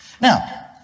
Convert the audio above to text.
Now